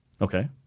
Okay